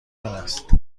است